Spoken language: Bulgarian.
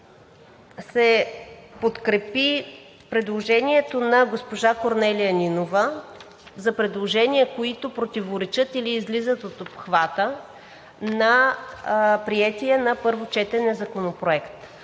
се подкрепи предложението на госпожа Корнелия Нинова за предложения, които противоречат или излизат от обхвата на приетия на първо четене законопроект.